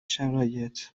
شرایط